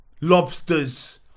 lobsters